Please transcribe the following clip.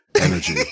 energy